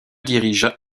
dirigent